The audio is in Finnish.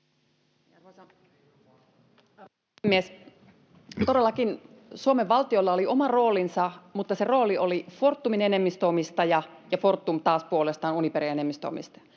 Todellakin Suomen valtiolla oli oma roolinsa, mutta se rooli oli Fortumin enemmistöomistaja, ja Fortum taas puolestaan oli Uniperin enemmistöomistaja.